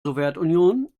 sowjetunion